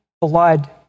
blood